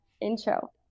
intro